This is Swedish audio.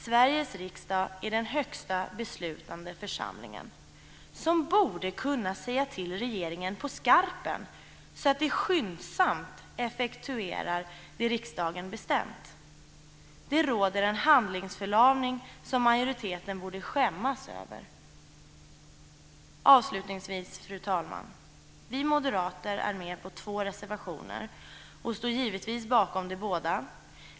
Sveriges riksdag är den högsta beslutande församlingen, som borde kunna säga till regeringen på skarpen så att den skyndsamt effektuerar det som riksdagen har bestämt. Det råder en handlingsförlamning som majoriteten borde skämmas över. Avslutningsvis, fru talman, är vi moderater med på två reservationer och vi står givetvis bakom de båda.